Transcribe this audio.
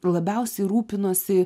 labiausiai rūpinosi